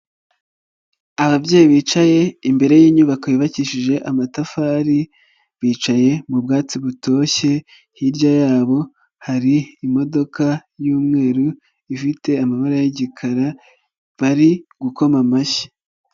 Ababyeyi bicaye imbere y'inyubako yubakishije amatafari, bicaye mu bwatsi butoshye hirya yabo hari imodoka y'umweru ifite amabara y'igikara bari gukoma amashyi.